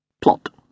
Plot